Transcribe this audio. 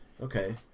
okay